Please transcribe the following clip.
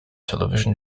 television